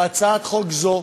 בהצעת חוק זו,